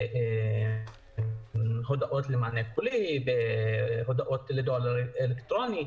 בהודעות למענה קולי, בהודעות לדואר אלקטרוני.